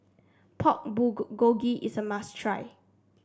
Pork is a must try